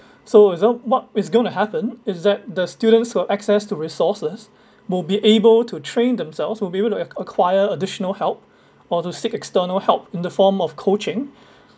so as a result what is going to happen is that the students who have access to resources will be able to train themselves will be able to ac~ acquire additional help or to seek external help in the form of coaching